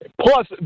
Plus